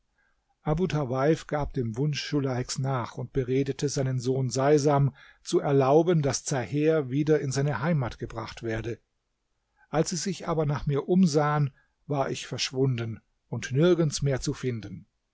gab dem wunsch schulaheks nach und beredete seinen sohn seisam zu erlauben daß zaher wieder in seine heimat gebracht werde als sie sich aber nach mir umsahen war ich verschwunden und nirgends mehr zu finden